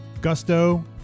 Gusto